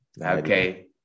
Okay